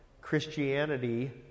Christianity